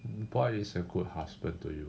what is a good husband to you